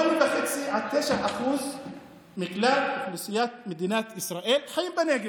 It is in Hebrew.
8.5% 9% מכלל אוכלוסיית מדינת ישראל חיים בנגב,